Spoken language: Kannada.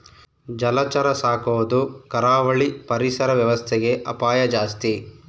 ಜಲಚರ ಸಾಕೊದು ಕರಾವಳಿ ಪರಿಸರ ವ್ಯವಸ್ಥೆಗೆ ಅಪಾಯ ಜಾಸ್ತಿ